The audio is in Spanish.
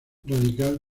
radical